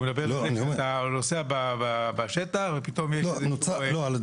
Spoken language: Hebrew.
הוא אומר שאתה נוסע בשטח ופתאום יש איזה